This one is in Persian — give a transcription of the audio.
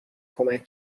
کمک